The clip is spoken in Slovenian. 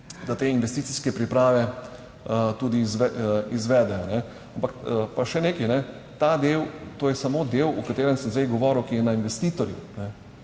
da te investicijske priprave tudi izvedejo. Ampak pa še nekaj, ta del, to je samo del o katerem sem zdaj govoril, ki je na investitorju.